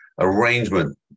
arrangement